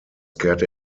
kehrte